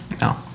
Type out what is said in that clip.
No